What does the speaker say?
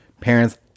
parents